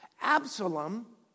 Absalom